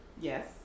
Yes